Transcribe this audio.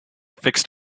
fixed